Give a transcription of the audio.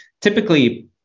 typically